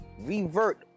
Revert